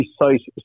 precise